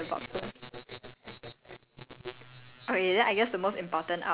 leave me alone lah okay okay I have this friend bubble you must tick all the boxes